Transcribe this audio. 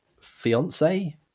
fiance